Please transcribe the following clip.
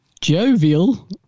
jovial